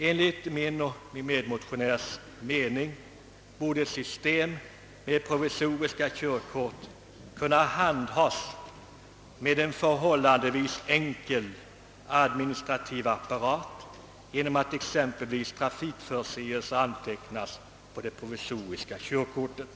Enligt min och min medmotionärs mening borde ett system med provisoriska körkort kunna handhas med en förhållandevis enkel administrativ apparat genom att exempelvis trafikförseelser antecknas på det provisoriska körkortet.